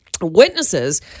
Witnesses